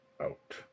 out